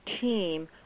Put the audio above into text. team